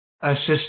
assist